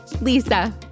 Lisa